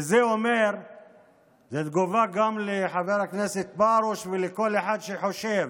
וזו תגובה גם לחבר הכנסת פרוש ולכל אחד שחושב